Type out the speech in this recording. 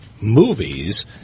movies